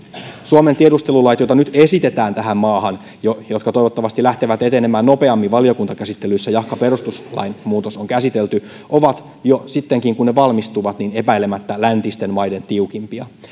suomen tiedustelulait joita nyt esitetään tähän maahan jotka toivottavasti lähtevät etenemään nopeammin valiokuntakäsittelyssä jahka perustuslain muutos on käsitelty ovat jo sitten kun ne valmistuvat epäilemättä läntisten maiden tiukimpia